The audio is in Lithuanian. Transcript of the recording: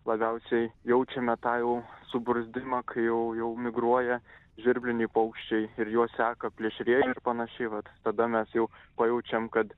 labiausiai jaučiame tą jau subruzdimą kai jau jau migruoja žvirbliniai paukščiai ir juos seka plėšrieji ir panašiai vat tada mes jau pajaučiam kad